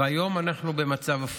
והיום אנחנו במצב הפוך.